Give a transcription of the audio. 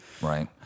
Right